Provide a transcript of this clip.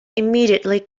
immediately